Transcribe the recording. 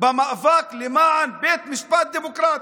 במאבק למען בית משפט דמוקרטי.